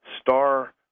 Star